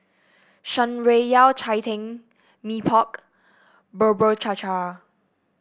Shan Rui Yao Cai Tang Mee Pok Bubur Cha Cha